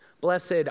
Blessed